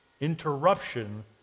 Interruption